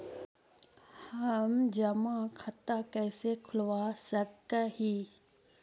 हम जमा खाता कैसे खुलवा सक ही?